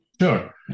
Sure